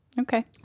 Okay